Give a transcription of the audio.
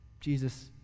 Jesus